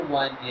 one